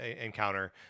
encounter